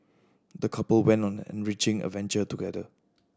the couple went on the enriching adventure together